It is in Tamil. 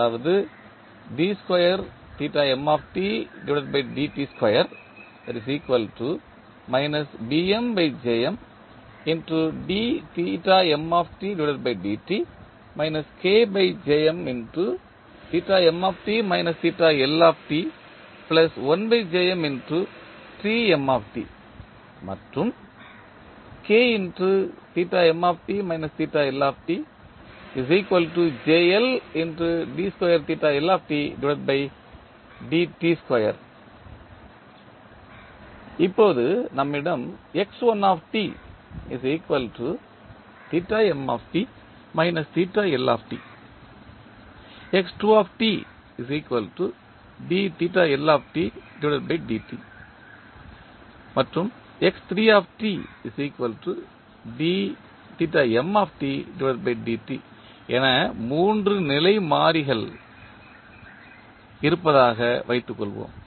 அதாவது இப்போது நம்மிடம் என 3 நிலை மாறிகள் இருப்பதாக வைத்துக் கொள்வோம்